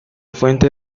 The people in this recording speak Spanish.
fuente